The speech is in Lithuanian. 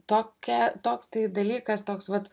tokia toks tai dalykas toks vat